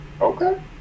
okay